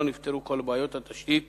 לא נפתרו כל בעיות התשתית